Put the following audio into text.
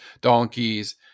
donkeys